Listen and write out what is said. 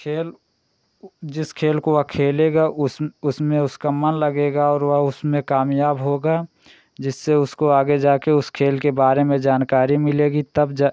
खेल जिस खेल को वह खेलेगा उसम उसमें उसका मन लगेगा और वह उसमें कामयाब होगा जिससे उसको आगे जाकर उस खेल के बारे में जानकारी मिलेगी तब जाकर